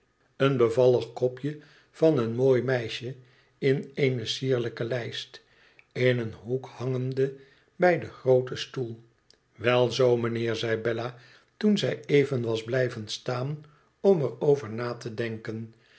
een bevallig kopje van een mooi meisje in eene sierlijke lijst in een hoek hangende bij den grooten stoel wel zoo mijnheer zei bella toen zij even was blijven staan omerover na te denken